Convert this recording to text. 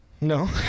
No